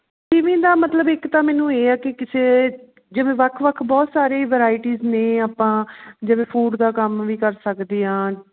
ਕਿਵੇਂ ਦਾ ਮਤਲਬ ਇੱਕ ਤਾਂ ਮੈਨੂੰ ਇਹ ਹੈ ਕਿ ਕਿਸੇ ਜਿਵੇਂ ਵੱਖ ਵੱਖ ਬਹੁਤ ਸਾਰੇ ਵਰਾਇਟੀਜ ਨੇ ਆਪਾਂ ਜਿਵੇਂ ਫੂਡ ਦਾ ਕੰਮ ਵੀ ਕਰ ਸਕਦੇ ਹਾਂ